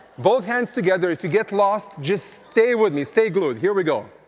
both hands together if you get lost, just stay with me, stay good. here we go.